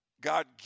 God